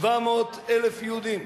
700,000 יהודים,